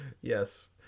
Yes